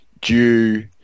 due